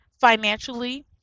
financially